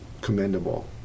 commendable